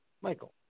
Michael